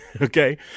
okay